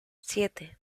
siete